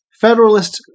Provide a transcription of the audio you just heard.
Federalist